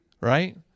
Right